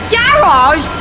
garage